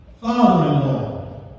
father-in-law